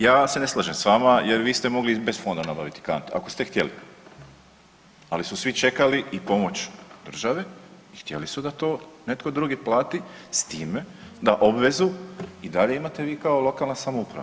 Ja se ne slažem s vama jer vi ste mogli i bez fonda nabaviti kante ako ste htjeli, ali su svi čekali i pomoć države i htjeli su da to netko drugi plati s time da obvezu i dalje imate vi kao lokalna samouprava.